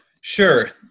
Sure